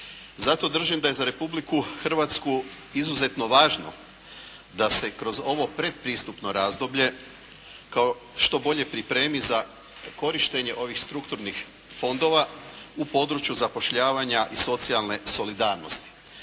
Zato držim da je za Republiku Hrvatsku izuzetno važno da se i kroz ovo predpristupno razdoblje kao što bolje pripremi za korištenje ovih strukturnih fondova u području zapošljavanja i socijalne solidarnosti.